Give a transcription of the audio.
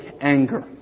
anger